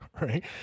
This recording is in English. right